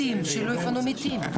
מתים, שלא יפנו מתים.